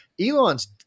Elon's